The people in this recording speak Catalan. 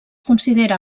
considera